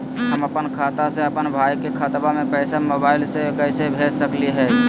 हम अपन खाता से अपन भाई के खतवा में पैसा मोबाईल से कैसे भेज सकली हई?